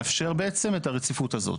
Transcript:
מאפשר בעצם את הרציפות הזאת.